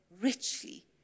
richly